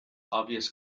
obvious